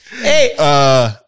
Hey